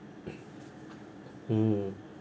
mm